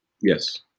Yes